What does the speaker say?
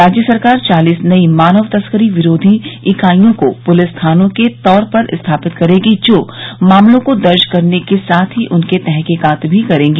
राज्य सरकार चालिस नई मानव तस्करी विरोधी इकाइयों को पुलिस थानों के तौर पर स्थापित करेगी जो कि मामलों को दर्ज करने के साथ ही उनके तहकीकात भी करेंगी